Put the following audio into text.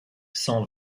s’en